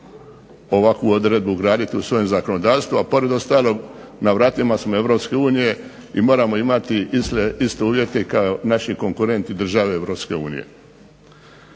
ovakvu odredbu u svoje zakonodavstvo, a pored ostalog na vratima smo Europske unije i moramo imati iste uvjete kao naši konkurenti države Europske unije.